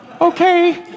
Okay